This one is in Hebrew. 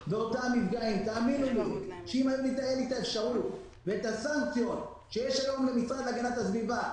האמינו לי שאם הייתה לי האפשרות והסנקציות שיש היום למשרד להגנת הסביבה,